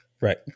Right